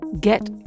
get